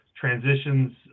transitions